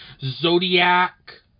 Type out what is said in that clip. Zodiac